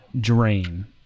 drain